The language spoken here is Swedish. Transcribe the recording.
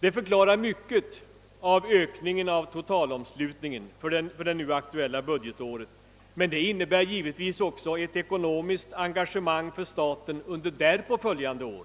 Detta förklarar mycket av ökningen av totalomslutningen för det nu aktuella budgetåret, men det innebär givetvis också ett ekonomiskt engagemang för staten under därpå följande år.